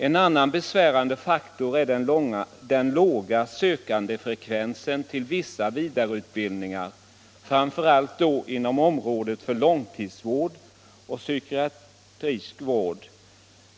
En annan besvärande faktor är den låga sökandefrekvensen till vissa vidareutbildningar, framför allt då inom långtidsvård och psykiatrisk sjukvård.